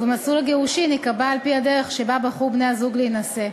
ומסלול הגירושים ייקבע על-פי הדרך שבה בחרו בני-הזוג להינשא.